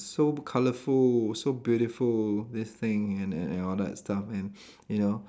so colourful so beautiful this thing and and all that stuff and you know